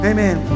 Amen